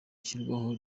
ishyirwaho